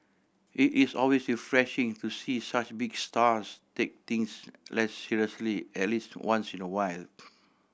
it is always refreshing to see such big stars take things less seriously at least once in a while